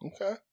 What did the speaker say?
Okay